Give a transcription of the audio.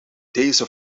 deze